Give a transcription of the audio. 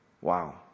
Wow